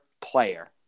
player